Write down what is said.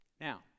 Now